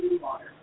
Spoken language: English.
water